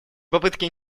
попытки